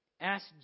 ask